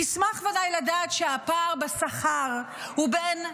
תשמח ודאי לדעת שהפער בשכר הוא בין,